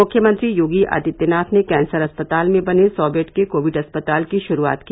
मुख्यमंत्री योगी आदित्यनाथ ने कैंसर अस्पताल में बने सौ बेड के कोविड अस्पताल की शुरूआत की